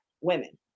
women